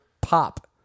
Pop